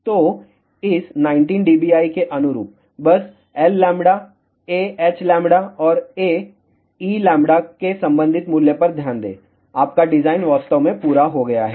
तो इस 19 dBi के अनुरूप बस Lλ a Hλ और a Eλके संबंधित मूल्य पर ध्यान दें आपका डिज़ाइन वास्तव में पूरा हो गया है